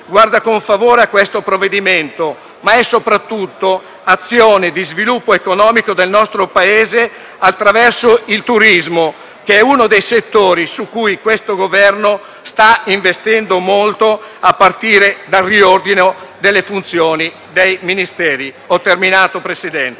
guarda con favore a questo provvedimento, ma è anche e soprattutto azione di sviluppo economico del nostro Paese attraverso il turismo, che è uno dei settori su cui il Governo sta investendo molto, a partire dal riordino delle funzioni dei Ministeri. *(Applausi